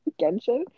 Genshin